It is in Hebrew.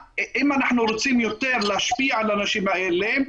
אם אנחנו רוצים יותר להשפיע על האנשים האלה,